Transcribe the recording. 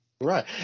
Right